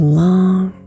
long